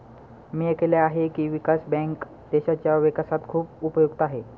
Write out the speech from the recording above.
मी ऐकले आहे की, विकास बँक देशाच्या विकासात खूप उपयुक्त आहे